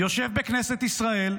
יושב בכנסת ישראל.